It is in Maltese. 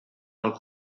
għal